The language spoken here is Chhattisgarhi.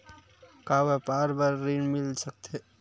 का व्यापार बर ऋण मिल सकथे?